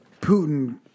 Putin